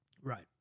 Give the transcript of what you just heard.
Right